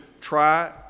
try